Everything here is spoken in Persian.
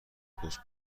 پست